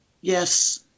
yes